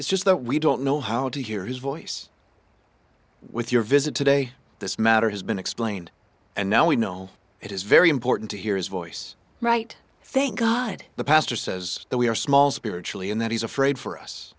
it's just that we don't know how to hear his voice with your visit today this matter has been explained and now we know it is very important to hear his voice right thank god the pastor says that we are small spiritually and that he's afraid for us